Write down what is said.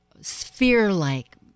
sphere-like